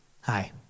Hi